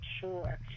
sure